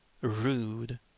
rude